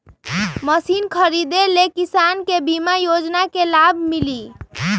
Machine खरीदे ले किसान के बीमा योजना के लाभ मिली?